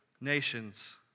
nations